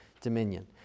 dominion